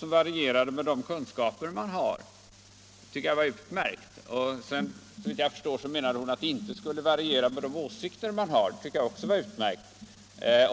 som varierar med de kunskaper man har. Det tycker jag var utmärkt sagt. Såvitt jag förstår menade hon att den däremot inte skulle variera med de åsikter man har, och det tycker jag också var utmärkt.